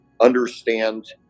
understand